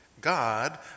God